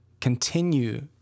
continue